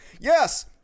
Yes